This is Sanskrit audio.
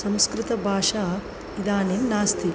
संस्कृतभाषा इदानीं नास्ति